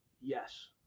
Yes